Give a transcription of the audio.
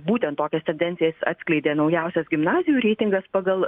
būtent tokias tendencijas atskleidė naujausias gimnazijų reitingas pagal